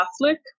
Catholic